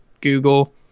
google